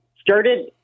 started